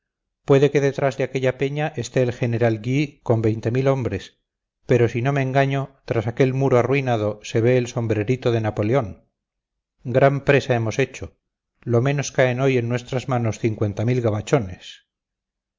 puede que detrás de aquella peña esté el general gui con veinte mil hombres pero si no me engaño tras aquel muro arruinado se ve el sombrerito de napoleón gran presa hemos hecho lo menos caen hoy en nuestras manos cincuenta mil gabachones